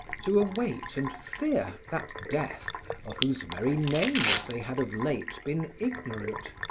to await and fear that death of whose very name they had of late been ignorant,